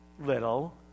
little